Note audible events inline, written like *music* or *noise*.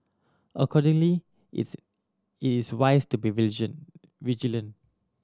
accordingly its it is wise to be *unintelligible* vigilant